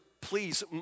please